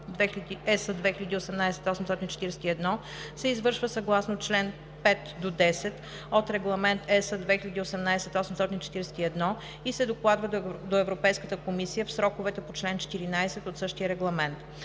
2018/841 се извършва съгласно чл. 5 – 10 от Регламент (ЕС) 2018/841 и се докладва до Европейската комисия в сроковете по чл. 14 от същия регламент.